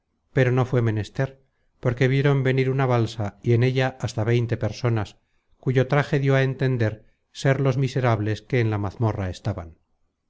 pero no fué menester porque vieron venir una balsa y en ella hasta veinte personas cuyo traje dió á entender ser los miserables que en la mazmorra estaban